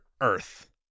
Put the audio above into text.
Earth